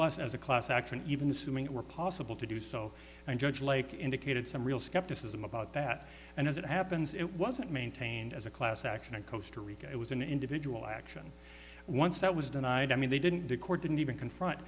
less as a class action even assuming it were possible to do so and judge lake indicated some real skepticism about that and as it happens it wasn't maintained as a class action and coaster reka it was an individual action once that was denied i mean they didn't pick or didn't even confront